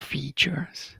features